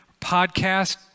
podcast